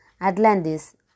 Atlantis